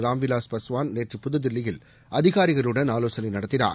ராம்விவாஸ் பாஸ்வான் நேற்று புதுதில்லியில் அதிகாரிகளுடன் ஆலோசனை நடத்தினார்